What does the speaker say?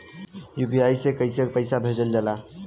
UPI से कइसे पैसा भेजल जाला?